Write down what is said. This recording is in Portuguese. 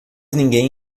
ninguém